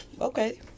Okay